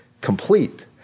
complete